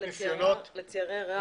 ניסיונות --- לצערי הרב,